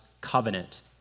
covenant